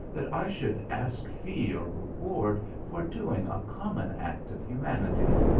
that i should ask fee or reward for doing a common act of hu manity.